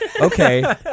Okay